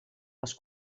les